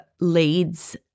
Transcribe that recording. leads